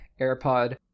AirPod